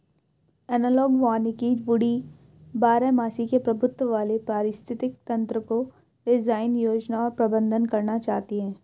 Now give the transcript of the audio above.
analogue वानिकी woody बारहमासी के प्रभुत्व वाले पारिस्थितिक तंत्रको डिजाइन, योजना और प्रबंधन करना चाहती है